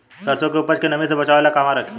सरसों के उपज के नमी से बचावे ला कहवा रखी?